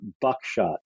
buckshot